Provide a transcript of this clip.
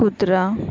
कुत्रा